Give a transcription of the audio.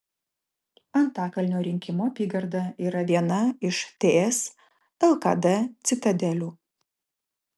antakalnio rinkimų apygarda yra viena iš ts lkd citadelių